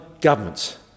governments